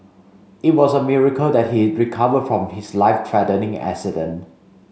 it was a miracle that he recovered from his life threatening accident